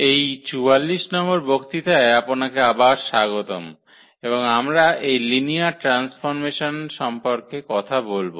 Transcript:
এই 44 নম্বর বক্তৃতায় আপনাকে আবার স্বাগতম এবং আমরা লিনিয়ার ট্রান্সফর্মেসন সম্পর্কে কথা বলব